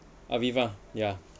Aviva